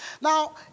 Now